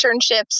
internships